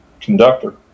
conductor